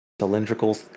cylindrical